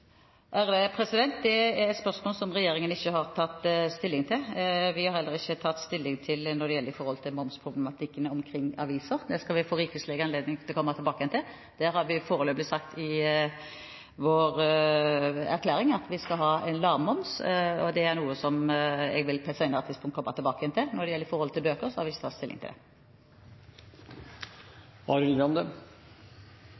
Det er et spørsmål som regjeringen ikke har tatt stilling til. Vi har heller ikke tatt stilling til momsproblematikken omkring aviser. Det skal vi få rikelig anledning til å komme tilbake til. Der har vi foreløpig sagt, i vår erklæring, at vi skal ha en lav moms. Det er noe som jeg på et senere tidspunkt vil komme tilbake til. Når det gjelder bøker, har vi ikke tatt stilling til det. Flere, inkludert statsråden, har